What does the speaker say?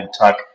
Tuck